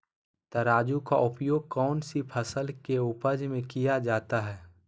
तराजू का उपयोग कौन सी फसल के उपज में किया जाता है?